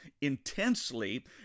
intensely